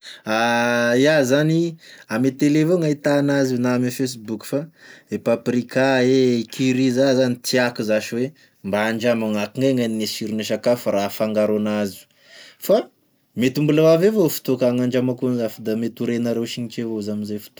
Iaho zany, ame tele avao gn'ahita anazy na ame facebook fa e paprika e curry za zany tiàko zasy hoe mba andrama gn'akogn'aia gn'ania sirone sakafo raha afangaro anazy io, fa mety mbola ho avy avao fotoa ka gn'agnandramako an'izà fa da mety ho renareo singitry avao za amizay fotoagna.